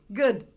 good